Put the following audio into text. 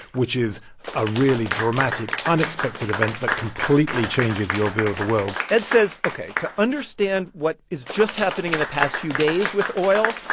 which is a really dramatic, unexpected event that completely changes your view of the world ed says, ok, to understand what is just happening in the past few days with oil,